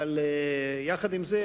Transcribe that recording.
עם זה,